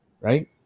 right